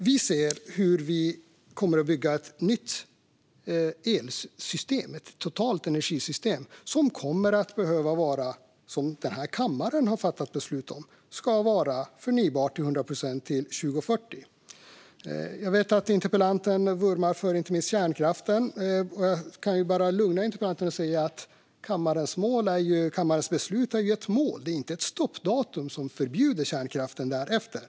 Vi ser hur vi kommer att bygga ett nytt elsystem, ett totalt energisystem, som ska vara, vilket också denna kammare har fattat beslut om, förnybart till 100 procent till 2040. Jag vet att interpellanten vurmar för inte minst kärnkraften, och jag kan lugna interpellanten med att kammarens beslut är ett mål, inte ett stoppdatum som förbjuder kärnkraften därefter.